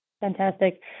Fantastic